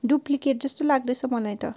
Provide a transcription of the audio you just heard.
duplicate जस्तै लाग्दैछ मलाई त